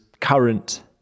current